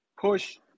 push